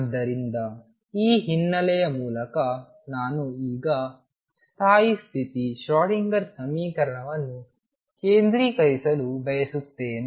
ಆದ್ದರಿಂದ ಈ ಹಿನ್ನೆಲೆಯ ಮೂಲಕ ನಾನು ಈಗ ಈ ಸ್ಥಾಯಿ ಸ್ಥಿತಿ ಶ್ರೊಡಿಂಗರ್Schrödinger ಸಮೀಕರಣವನ್ನು ಕೇಂದ್ರೀಕರಿಸಲು ಬಯಸುತ್ತೇನೆ